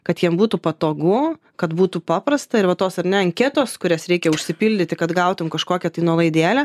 kad jiem būtų patogu kad būtų paprasta ir va tos ar ne anketos kurias reikia užsipildyti kad gautum kažkokią tai nuolaidėlę